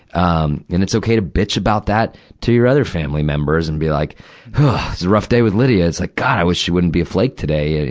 um and it's okay to bitch about that to your other family members and be, like, it's a rough day with lydia. it's like, god, i wish she wouldn't be a flake today.